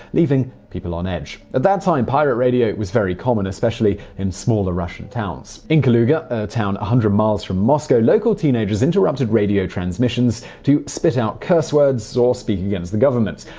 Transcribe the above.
leaving people on edge. at that time, pirate radio was very common, especially in smaller russian towns. in kaluga, a town one hundred miles from moscow, local teenagers interrupted radio transmissions to spit out curse words, or speak against the government.